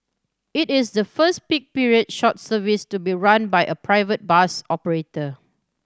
it is the first peak period short service to be run by a private bus operator